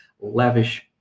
lavish